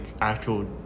actual